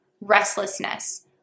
restlessness